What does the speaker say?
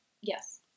Yes